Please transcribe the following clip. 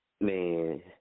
man